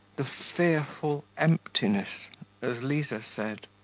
the fearful emptiness as liza said.